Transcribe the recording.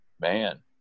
man